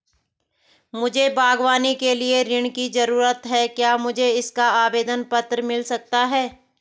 मुझे बागवानी के लिए ऋण की ज़रूरत है क्या मुझे इसका आवेदन पत्र मिल सकता है?